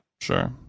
sure